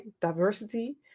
Diversity